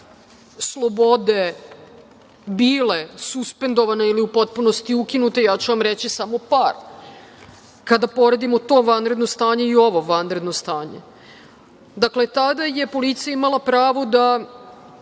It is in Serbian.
slobode bile suspendovana ili u potpunosti ukinute, ja ću vam reći samo par, kada poredimo to vanredno stanje i ovo vanredno stanje. Dakle, tada je policija imala pravo da